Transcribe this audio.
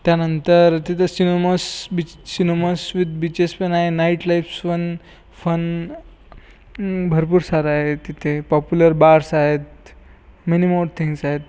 त्यानंतर तिथे cinemas beach cinemas with beaches पण आहेत नाईट लाईफ्स पण फन भरपूर सारं आहे तिथे पॉप्युलर बार्स आहेत मेनी मोर थिंग्स आहेत